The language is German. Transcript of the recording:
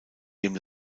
dem